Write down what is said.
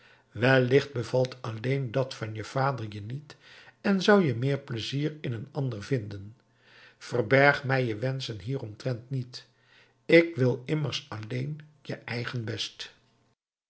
wellicht bevalt alleen dat van je vader je niet en zou je meer plezier in een ander vinden verberg mij je wenschen hieromtrent niet ik wil immers alleen je eigen best